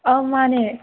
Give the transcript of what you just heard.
ꯑꯧ ꯃꯥꯅꯦ